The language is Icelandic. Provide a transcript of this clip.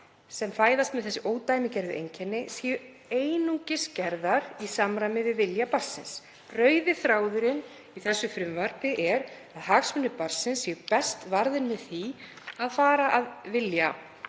sem fæðist með ódæmigerð einkenni séu einungis gerðar í samræmi við vilja þess. Rauði þráðurinn í frumvarpinu er að hagsmunir barnsins séu best varðir með því að fara að vilja